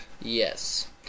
Yes